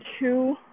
two